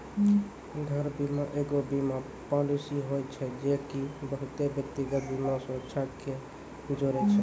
घर बीमा एगो बीमा पालिसी होय छै जे की बहुते व्यक्तिगत बीमा सुरक्षा के जोड़े छै